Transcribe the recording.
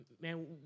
Man